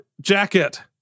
jacket